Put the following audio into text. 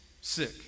sick